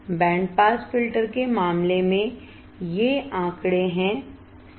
band pass filter के मामले में ये आंकड़े हैंसही